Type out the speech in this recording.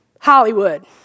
Hollywood